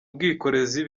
ubwikorezi